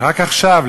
רק עכשיו,